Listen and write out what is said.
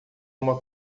uma